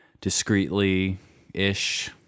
discreetly-ish